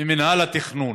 ממינהל התכנון,